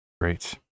Great